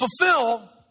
fulfill